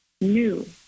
new